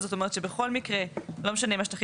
זאת אומרת שבכל מקרה לא משנה אם השטחים